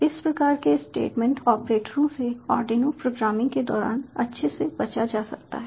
इस प्रकार के स्टेटमेंट ऑपरेटरों से आर्डिनो प्रोग्रामिंग के दौरान अच्छे से बचा जा सकता है